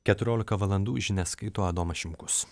keturiolika valandų žinias skaito adomas šimkus